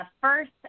First